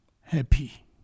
happy